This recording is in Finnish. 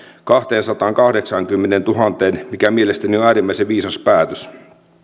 kahteensataankahdeksaankymmeneentuhanteen mikä mielestäni on äärimmäisen viisas päätös